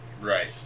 Right